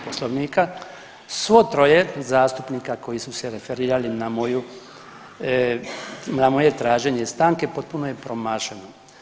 Poslovnika, svo troje zastupnika koji se se referirali na moju, na moje traženje stanke potpuno je promašeno.